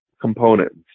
components